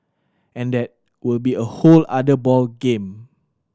and that will be a whole other ball game